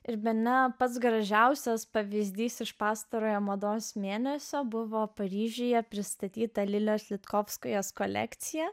ir bene pats gražiausias pavyzdys iš pastarojo mados mėnesio buvo paryžiuje pristatyta lilijos vitkovskiui jos kolekcija